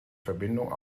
verbindung